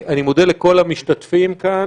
אני מודה לכל המשתתפים כאן.